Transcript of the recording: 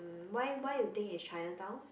um why why you think it's Chinatown